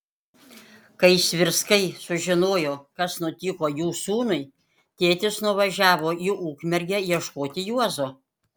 kai svirskai sužinojo kas nutiko jų sūnui tėtis nuvažiavo į ukmergę ieškoti juozo